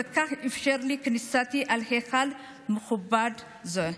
ובכך אפשר את כניסתי אל היכל מכובד זה,